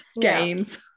games